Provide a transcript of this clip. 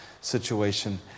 situation